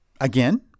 again